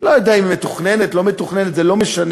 לא יודע אם היא מתוכננת, לא מתוכננת, זה לא משנה,